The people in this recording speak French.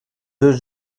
deux